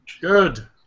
Good